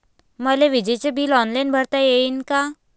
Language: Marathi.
मले विजेच बिल ऑनलाईन भरता येईन का?